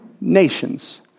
nations